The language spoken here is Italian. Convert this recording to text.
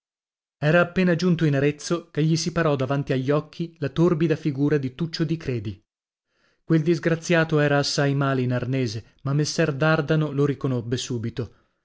era appena giunto in arezzo che gli si parò davanti agli occhi la torbida figura di tuccio di credi quel disgraziato era assai male in arnese ma messer dardano lo riconobbe subito